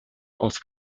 auf